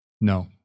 No